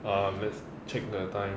!wah! I'm just check the time